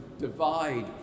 divide